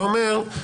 אתה אומר,